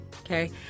okay